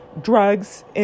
drugs